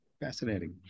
Fascinating